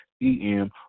E-M